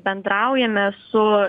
bendraujame su